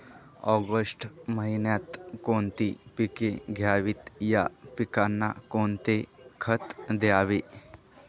August महिन्यात कोणती पिके घ्यावीत? या पिकांना कोणते खत द्यावे?